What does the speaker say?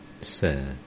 Sir